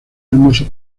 hermoso